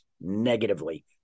negatively